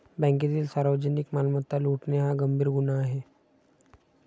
बँकेतील सार्वजनिक मालमत्ता लुटणे हा गंभीर गुन्हा आहे